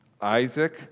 Isaac